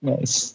Nice